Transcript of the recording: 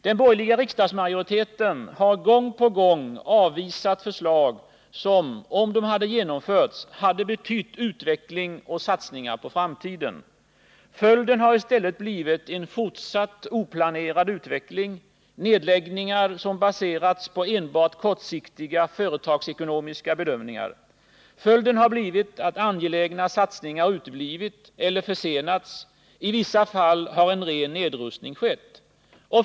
Den borgerliga riksdagsmajoriteten har gång på gång avvisat förslag som — om de hade genomförts — hade betytt utveckling och satsningar på framtiden. Följden har i stället blivit en fortsatt oplanerad utveckling, nedläggningar som baserats på enbart kortsiktiga företagsekonomiska bedömningar. Följden har blivit att angelägna satsningar uteblivit, eller försenats. I vissa fall har en ren nedrustning skett.